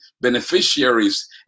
beneficiaries